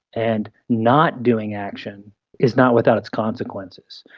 and not doing action is not without its consequences.